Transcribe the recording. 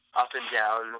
up-and-down